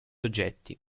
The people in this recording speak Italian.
oggetti